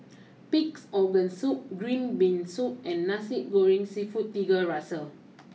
Pig's Organ Soup Green Bean Soup and Nasi Goreng Seafood Tiga Rasa